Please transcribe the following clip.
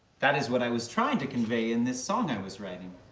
that is what i was trying to convey in this song i was writing.